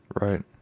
Right